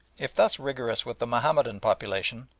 if thus rigorous with the mahomedan population,